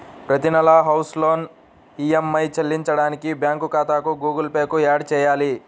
ప్రతి నెలా house loan EMI చెల్లించడానికి బ్యాంకు ఖాతాను గుగుల్ పే కు యాడ్ చేయాలి